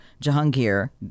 Jahangir